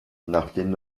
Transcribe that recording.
nachdem